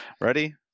ready